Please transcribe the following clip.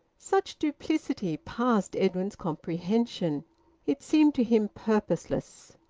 such duplicity passed edwin's comprehension it seemed to him purposeless.